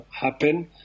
happen